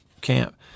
camp